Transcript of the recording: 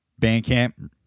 Bandcamp